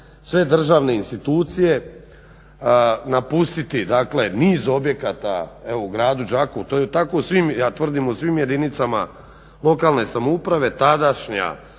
sve državne institucije, napustiti dakle niz objekata evo u gradu Đakovu. To je tako u svim, ja tvrdim u svim jedinicama lokalne samouprave tadašnja